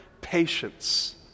patience